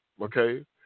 okay